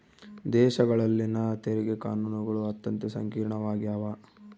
ದೇಶಗಳಲ್ಲಿನ ತೆರಿಗೆ ಕಾನೂನುಗಳು ಅತ್ಯಂತ ಸಂಕೀರ್ಣವಾಗ್ಯವ